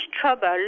trouble